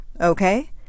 Okay